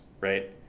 right